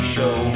Show